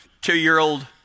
two-year-old